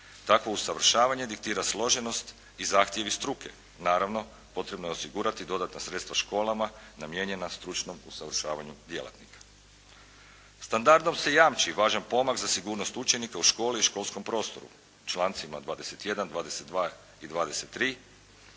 Takvo usavršavanje diktira složenost i zahtjevi struke, naravno potrebno je osigurati dodatna sredstva školama namijenjena stručnom usavršavanju djelatnika. Standardom se jamči važan pomak za sigurnost učenika u školi i školskom prostoru. Člancima 21., 22., i 23.